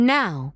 now